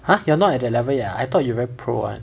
!huh! you're not at that level yet ah I thought you very pro [one]